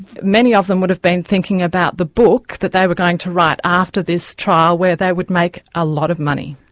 many of them would have been thinking about the book that they were going to write after this trial where they would make a lot of money.